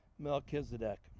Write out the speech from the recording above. Melchizedek